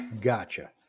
Gotcha